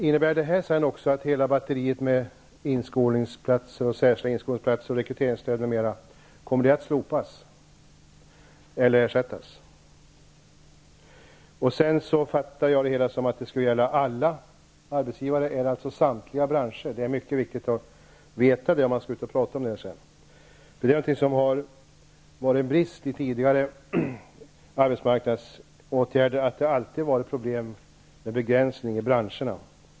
Innebär det här sedan också att hela batteriet med särskilda inskolningsplatser, rekryteringsstöd, m.m. kommer att slopas eller ersättas? Jag fattade det så att detta skulle gälla alla arbetsgivare. Är det alltså samtliga branscher? Det är mycket viktigt att veta det om man skall ut och prata om det här sedan. En brist i tidigare arbetsmarknadsåtgärder är att det alltid har varit problem med begränsning med avseende på branscherna.